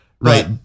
right